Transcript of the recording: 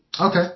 Okay